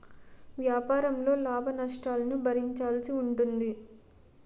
వ్యాపారంలో లాభనష్టాలను భరించాల్సి ఉంటుంది